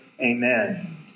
Amen